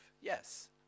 yes